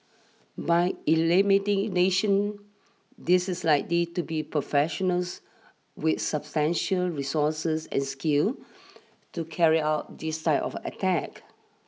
by this is likely to be professionals with substantial resources and skill to carry out this type of attack